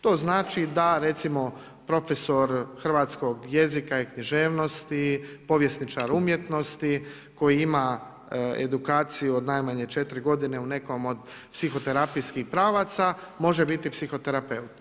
To znači da recimo profesor hrvatskog jezika i književnosti, povjesničar umjetnosti koji ima edukaciju od najmanje 4 godine u nekom od psihoterapijskih pravaca, može biti psihoterapeut.